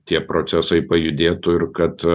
tie procesai pajudėtų ir kad